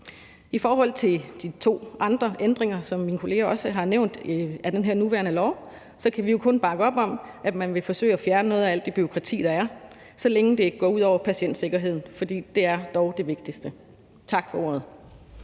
I forhold til de to andre ændringer, som mine kollegaer også har nævnt, af den her nuværende lov kan vi jo kun bakke op om, at man vil forsøge at fjerne noget af alt det bureaukrati, der er, så længe det ikke går ud over patientsikkerheden, for det er dog det vigtigste. Tak for ordet.